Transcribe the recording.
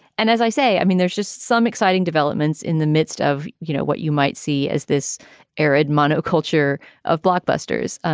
and as i say, i mean, there's just some exciting developments in the midst of, you know, what you might see as this arid monoculture of blockbusters. um